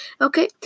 Okay